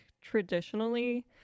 traditionally